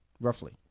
Roughly